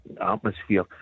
atmosphere